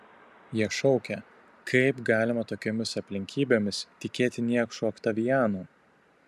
jie šaukė kaip galima tokiomis aplinkybėmis tikėti niekšu oktavianu